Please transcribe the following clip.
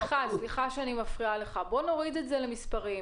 סליחה שאני מפריעה לך אבל בוא נוריד את זה למספרים.